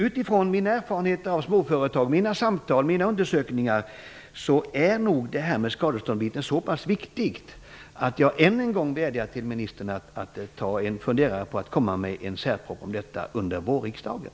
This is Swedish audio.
Utifrån mina erfarenheter av småföretag -- mina samtal och undersökningar -- är skadeståndsfrågan så pass viktig att jag än en gång vädjar till ministern att ta en funderare när det gäller att komma med en särproposition om detta under vårriksdagen.